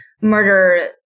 murder